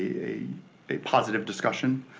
a a positive discussion.